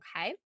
okay